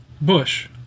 Bush